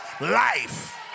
life